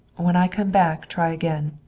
when i come back try again.